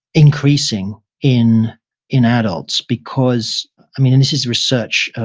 increasing in in adults because, and this is research,